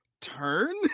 turn